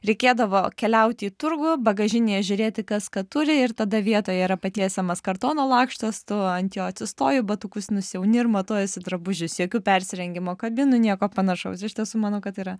reikėdavo keliauti į turgų bagažinėje žiūrėti kas ką turi ir tada vietoje yra patiesiamas kartono lakštas tu ant jo atsistoji batukus nusiauni ir matuojiesi drabužius jokių persirengimo kabinų nieko panašaus iš tiesų manau kad yra